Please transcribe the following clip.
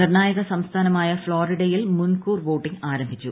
നിർണ്ണായക സംസ്ഥാനമായ ഫ്ളോറിഡയിൽ മുൻകൂർ വോട്ടിങ് ആരംഭിച്ചു